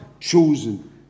chosen